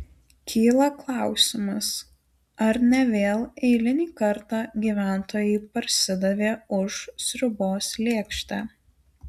kyla klausimas ar ne vėl eilinį kartą gyventojai parsidavė už sriubos lėkštę